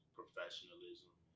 professionalism